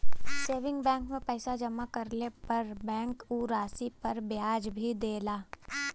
saving bank में पैसा जमा करले पर बैंक उ राशि पर ब्याज भी देला